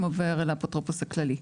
עובר לאפוטרופוס הכללי.